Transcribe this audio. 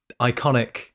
Iconic